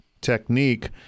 technique